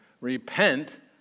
Repent